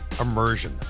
Immersion